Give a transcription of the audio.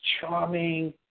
charming